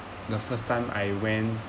the first time I went